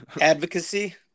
advocacy